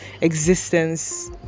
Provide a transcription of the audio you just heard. existence